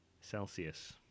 Celsius